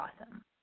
awesome